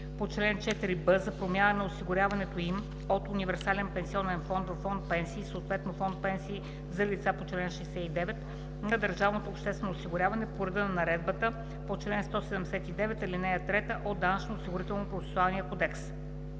по чл. 4б за промяна на осигуряването им от универсален пенсионен фонд във фонд „Пенсии“, съответно фонд „Пенсии за лицата по чл. 69“ на държавното обществено осигуряване, по реда на наредбата по чл. 179, ал. 3 от Данъчно-осигурителния процесуален кодекс.